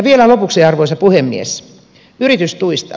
vielä lopuksi arvoisa puhemies yritystuista